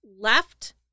left